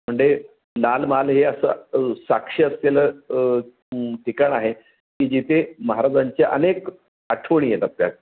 म्हणजे लाल महाल हे असं साक्षी असलेलं ठिकाण आहे की जिथे महाराजांच्या अनेक आठवणी येतात त्यात